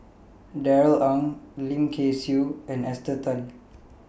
Darrell Ang Lim Kay Siu and Esther Tan